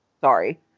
Sorry